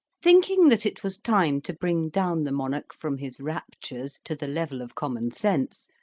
thinking that it was time to bring down the monarch from his raptures to the level of common sense,